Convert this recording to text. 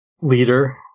leader